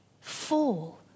Fall